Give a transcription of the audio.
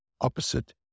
opposite